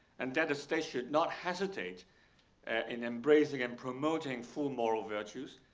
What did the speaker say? and that the state should not hesitate in embracing and promoting full moral virtues,